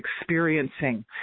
experiencing